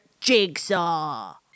Jigsaw